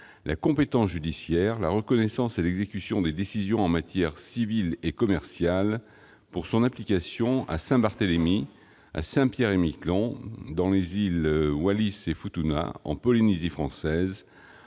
la compétence judiciaire, la reconnaissance et l'exécution des décisions en matière civile et commerciale pour son application à Saint-Barthélemy, à Saint Pierre-et-Miquelon, dans les îles Wallis et Futuna, en Polynésie française,